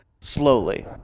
slowly